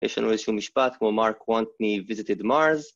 יש לנו איזשהו משפט כמו Mark Quantney visited Mars.